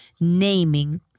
naming